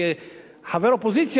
כחבר האופוזיציה,